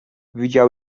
widział